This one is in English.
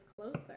closer